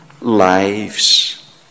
lives